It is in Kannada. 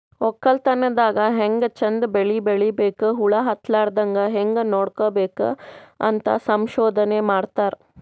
ವಕ್ಕಲತನ್ ದಾಗ್ ಹ್ಯಾಂಗ್ ಚಂದ್ ಬೆಳಿ ಬೆಳಿಬೇಕ್, ಹುಳ ಹತ್ತಲಾರದಂಗ್ ಹ್ಯಾಂಗ್ ನೋಡ್ಕೋಬೇಕ್ ಅಂತ್ ಸಂಶೋಧನೆ ಮಾಡ್ತಾರ್